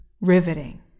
Riveting